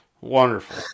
wonderful